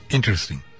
Interesting